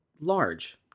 large